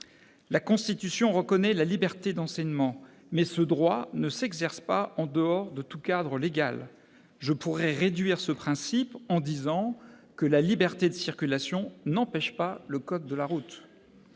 La Constitution reconnaît la liberté d'enseignement, mais ce droit ne s'exerce pas en dehors de tout cadre légal. Je pourrais résumer ce principe en disant que la liberté de circulation n'empêche pas le code de la route.